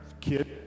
kid